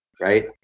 Right